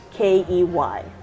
K-E-Y